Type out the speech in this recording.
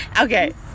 Okay